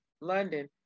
London